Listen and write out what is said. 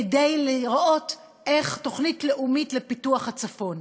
כדי לראות איך, תוכנית לאומית לפיתוח הצפון.